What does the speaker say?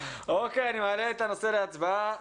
אני מעלה את הנושא להצבעה.